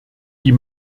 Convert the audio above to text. die